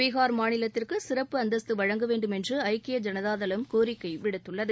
பீகார் மாநிலத்திற்கு சிறப்பு அந்தஸ்து வழங்க வேண்டும் என்று ஐக்கிய ஜனதாதளம் கோரிக்கை விடுத்துள்ளது